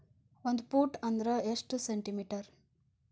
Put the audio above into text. ಒಂದು ಫೂಟ್ ಅಂದ್ರ ಎಷ್ಟು ಸೆಂಟಿ ಮೇಟರ್?